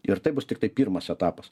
ir tai bus tiktai pirmas etapas